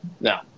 No